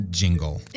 jingle